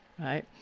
right